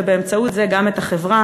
ובאמצעות זה גם על החברה.